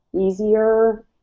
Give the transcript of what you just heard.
easier